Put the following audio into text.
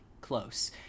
close